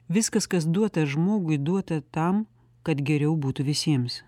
viskas kas duota žmogui duota tam kad geriau būtų visiems